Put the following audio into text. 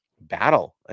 battle